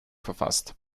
verfasst